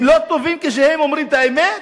הם לא טובים כשהם אומרים את האמת?